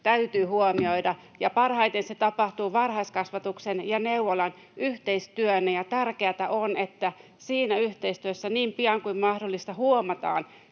täytyy huomioida, ja parhaiten se tapahtuu varhaiskasvatuksen ja neuvolan yhteistyönä. Tärkeätä on, että siinä yhteistyössä niin pian kuin mahdollista huomataan